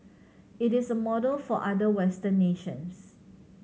it is a model for other Western nations